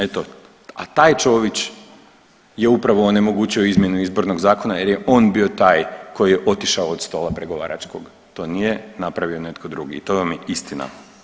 Eto, a taj Čović je upravo onemogućio izmjenu izbornog zakona jer je on bio taj koji je otišao od stola pregovaračkog, to nije napravi netko drugi i to vam je istina.